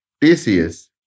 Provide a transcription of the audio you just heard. TCS